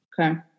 okay